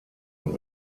und